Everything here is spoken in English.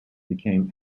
became